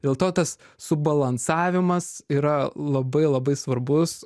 dėl to tas subalansavimas yra labai labai svarbus